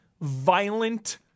violent